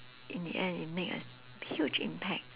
in the end it make a huge impact